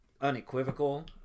unequivocal